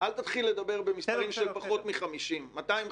אל תתחיל לדבר במספרים של פחות מ-50 מיליון.